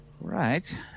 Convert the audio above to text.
Right